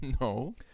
No